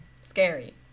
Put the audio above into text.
scary